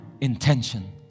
intention